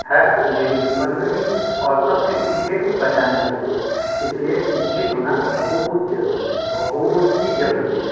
है मेरे जीवन में भी और संस्कृति के बचाने के भी इसलिए शिक्षित होना बहुत जरुरी है बहुत ही जरुरी है